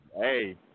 Hey